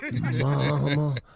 Mama